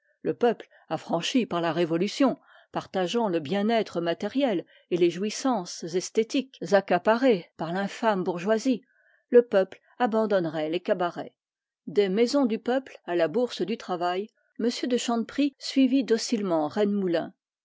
affranchi par la révolution partageant le bien-être matériel et les jouissances esthétiques accaparées par l'infâme bourgeoisie le peuple abandonnerait les cabarets des maisons du peuple à la bourse du travail m de chanteprie suivit docilement